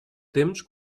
temps